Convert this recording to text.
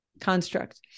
construct